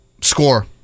Score